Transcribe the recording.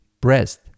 breast